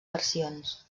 versions